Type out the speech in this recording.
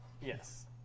Yes